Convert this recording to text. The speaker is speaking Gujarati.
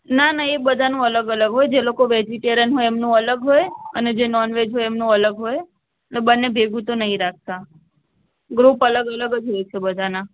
ના ના એ બધાનું અલગ અલગ હોય જે લોકો વેજીટેરિયન હોય એમનું અલગ હોય અને જે નોન વેજ હોય એમનું અલગ હોય ને બંને ભેગું તો નથી રાખતા ગ્રુપ અલગ અલગ જ હોય છે બધાના